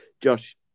josh